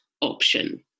option